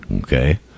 Okay